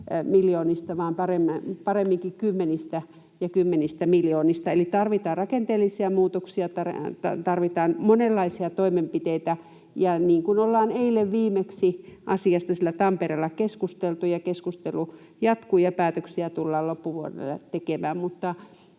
vaan paremminkin kymmenistä ja kymmenistä miljoonista. Eli tarvitaan rakenteellisia muutoksia, tarvitaan monenlaisia toimenpiteitä, niin kuin ollaan viimeksi eilen asiasta siellä Tampereella keskusteltu, ja keskustelu jatkuu, ja päätöksiä tullaan loppuvuodelle tekemään.